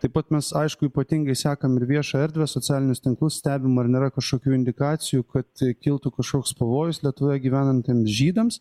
taip pat mes aišku ypatingai sekam ir viešą erdvę socialinius tinklus stebim ar nėra kažkokių indikacijų kad kiltų kažkoks pavojus lietuvoje gyvenantiems žydams